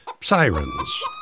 sirens